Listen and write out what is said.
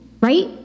right